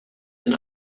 and